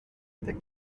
der